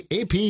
AP